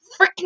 freaking